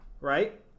right